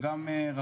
הם גם רכשו,